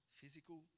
Physical